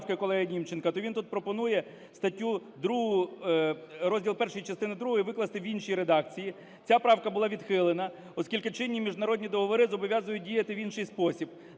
то він тут пропонує статтю 2, розділ І частини другої викласти в іншій редакції. Ця правка була відхилена, оскільки чинні міжнародні договори зобов'язують діяти в інший спосіб.